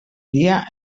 dia